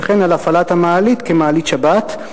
וכן על הפעלת המעלית כמעלית שבת".